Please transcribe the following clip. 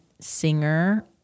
singer